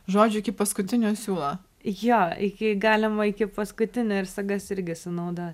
žodžiu iki paskutinio siūlo jo iki galima iki paskutinio ir sagas irgi sunaudot